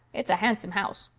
it's a handsome house.